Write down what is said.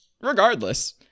Regardless